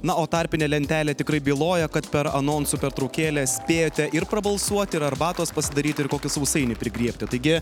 na o tarpinė lentelė tikrai byloja kad per anonso pertraukėlę spėjate ir prabalsuoti ir arbatos pasidaryti ir kokį sausainį prigriebti taigi